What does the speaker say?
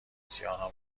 سیاهم